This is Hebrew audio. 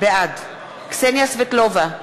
בעד קסניה סבטלובה,